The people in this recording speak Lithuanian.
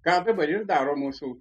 ką dabar ir daro mūsų